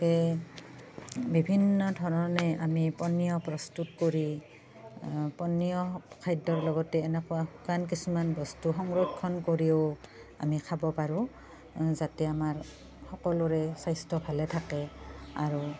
গতিকে বিভিন্ন ধৰণে আমি পনীয় প্ৰস্তুত কৰি পনীয় খাদ্যৰ লগতে এনেকুৱা শুকান কিছুমান বস্তু সংৰক্ষণ কৰিও আমি খাব পাৰো যাতে আমাৰ সকলোৰে স্বাস্থ্য ভালে থাকে আৰু